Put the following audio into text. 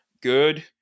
Good